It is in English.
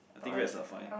I think rats are fine